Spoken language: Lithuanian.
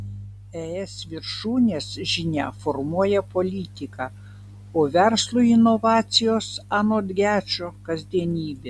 es viršūnės žinia formuoja politiką o verslui inovacijos anot gečo kasdienybė